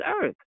earth